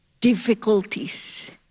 difficulties